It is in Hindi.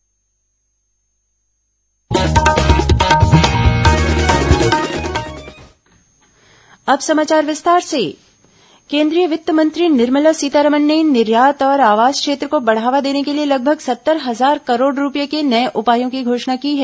केंद्रीय वित्त मंत्री केंद्रीय वित्त मंत्री निर्मला सीतारमन ने निर्यात और आवास क्षेत्र को बढ़ावा देने के लिए लगभग सत्तर हजार करोड़ रुपये के नए उपायों की घोषणा की है